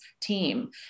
team